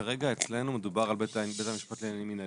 כרגע אצלנו מדובר על בית המשפט לעניינים מנהליים.